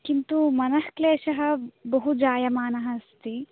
किन्तु मनः क्लेशः बहुजायमानः अस्ति